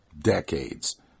decades